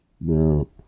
No